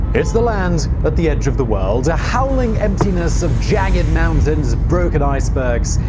it's the land at the edge of the world. a howling emptiness of jagged mountains, broken icebergs,